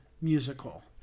musical